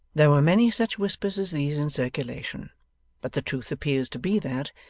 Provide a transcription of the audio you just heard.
there were many such whispers as these in circulation but the truth appears to be that,